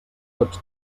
tots